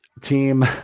Team